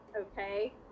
okay